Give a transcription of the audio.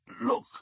Look